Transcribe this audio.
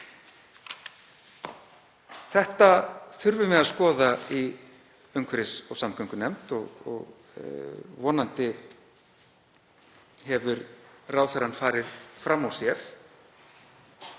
Þetta þurfum við að skoða í umhverfis- og samgöngunefnd og vonandi hefur ráðherra farið fram úr sér